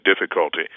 difficulty